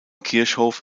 kirchhof